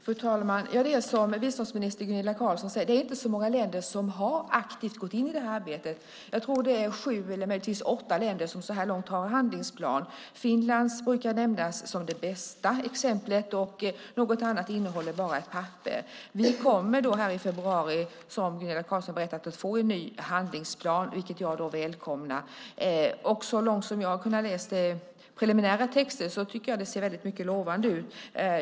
Fru talman! Det är som biståndsminister Gunilla Carlsson säger. Det är inte så många länder som aktivt har gått in i arbetet. Jag tror att det är sju eller möjligtvis åtta länder som så här långt har handlingsplan. Finlands brukar nämnas som det bästa exemplet, och något annat innehåller bara ett papper. Vi kommer här i februari, som Gunilla Carlsson berättade, att få en ny handlingsplan, vilket jag välkomnar. Så långt som jag har kunnat läsa i den preliminära texten tycker jag att det ser mycket lovande ut.